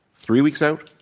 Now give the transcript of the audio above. three weeks out,